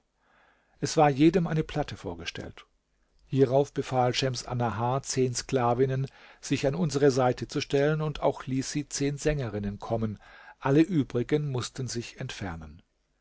es war jedem eine platte vorgestellt hierauf befahl schems annahar zehn sklavinnen sich an unsere seite zu stellen auch ließ sie zehn sängerinnen kommen alle übrigen mußten sich entfernen